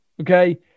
Okay